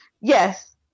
Yes